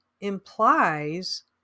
implies